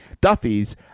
Duffy's